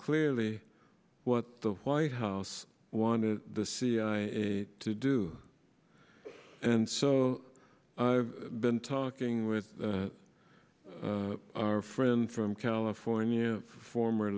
clearly what the white house wanted the cia to do and so i've been talking with our friend from california former